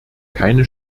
keine